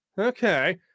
Okay